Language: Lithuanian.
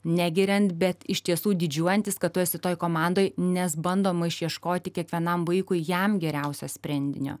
negiriant bet iš tiesų didžiuojantis kad tu esi toj komandoj nes bandoma išieškoti kiekvienam vaikui jam geriausio sprendinio